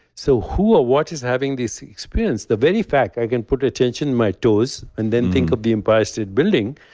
so who or what is having this experience? the very fact i can put attention my toes and then think of the empire state building,